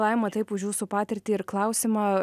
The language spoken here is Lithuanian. laima taip už jūsų patirtį ir klausimą